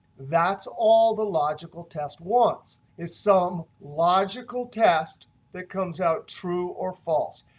that's all the logical test wants, is some logical test that comes out true or false.